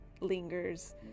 lingers